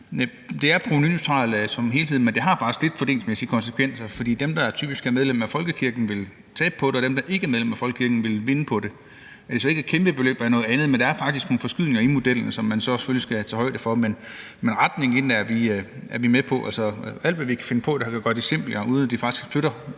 Det er provenuneutralt som helhed, men det har faktisk lidt fordelingsmæssige konsekvenser, fordi dem, der typisk er medlem af folkekirken, vil tabe på det, mens dem, som ikke er medlem af folkekirken, vil vinde på det. At det så ikke er et kæmpebeløb, er noget andet, men der er faktisk nogle forskydninger i modellen, som man så selvfølgelig skal tage højde for. Men retningen i den er vi med på. Alt, hvad vi kan finde på, der gør det simplere, uden at det faktisk flytter